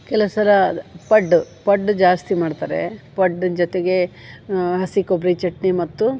ಕೆಲವು ಸಲ ಪಡ್ಡು ಪಡ್ಡು ಜಾಸ್ತಿ ಮಾಡ್ತಾರೆ ಪಡ್ಡಿನ ಜೊತೆಗೆ ಹಸಿಕೊಬ್ಬರಿ ಚಟ್ನಿ ಮತ್ತು